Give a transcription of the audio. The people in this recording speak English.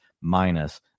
minus